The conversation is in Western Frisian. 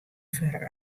foar